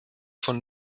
von